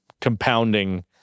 compounding